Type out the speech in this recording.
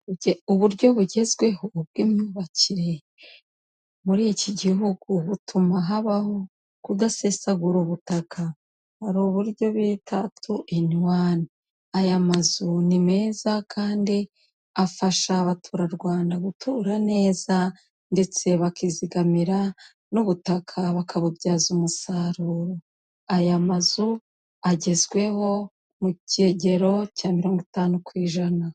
Uburyo bugezweho bw'imyubakire muri iki gihugu butuma habaho kudasesagura ubutaka, hari uburyo bita tu ini wani aya mazu ni meza kandi afasha abaturarwanda gutura neza, ndetse bakizigamira n'ubutaka bakabubyaza umusaruro aya mazu agezweho mu kigero cya mirongo itanu ku ijana.